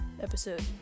episode